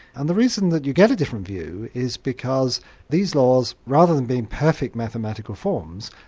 and the reason that you get a different view is because these laws, rather than being perfect mathematical forms,